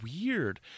weird